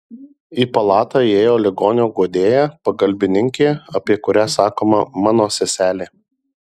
į palatą įėjo ligonio guodėja pagalbininkė apie kurią sakoma mano seselė